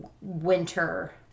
winter